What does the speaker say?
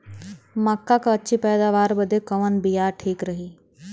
मक्का क अच्छी पैदावार बदे कवन बिया ठीक रही?